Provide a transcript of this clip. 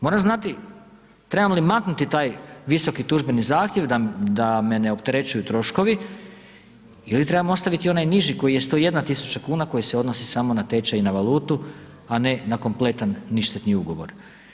Moram znati trebam li maknuti taj visoki tužbeni zahtjev da me ne opterećuju troškovi ili trebam ostaviti onaj niži koji je 101 tisuća kuna koja se odnosi samo na tečaj i na valutu, a ne na kompletan ništetni ugovor.